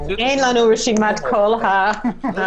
אין לנו רשימת כל הענפים,